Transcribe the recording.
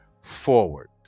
forward